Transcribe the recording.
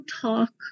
talk